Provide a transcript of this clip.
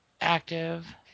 active